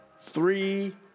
Three